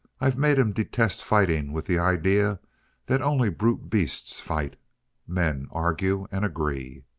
i've made him detest fighting with the idea that only brute beasts fight men argue and agree.